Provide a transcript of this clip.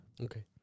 Okay